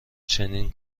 چنین